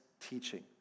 teaching